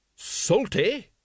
Salty